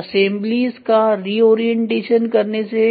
assemblies का reorientation करने से